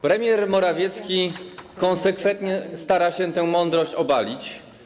Premier Morawiecki konsekwentnie stara się tę mądrość obalić.